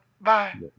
Bye